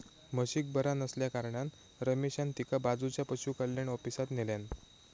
म्हशीक बरा नसल्याकारणान रमेशान तिका बाजूच्या पशुकल्याण ऑफिसात न्हेल्यान